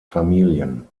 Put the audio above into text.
familien